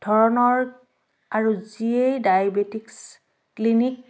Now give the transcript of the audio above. ধৰণৰ আৰু যিয়ে ডায়েবেটিছ ক্লিনিক